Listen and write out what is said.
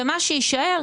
ומה שיישאר,